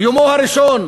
יומו הראשון